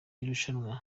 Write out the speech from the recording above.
irushanwa